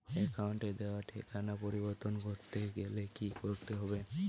অ্যাকাউন্টে দেওয়া ঠিকানা পরিবর্তন করতে গেলে কি করতে হবে?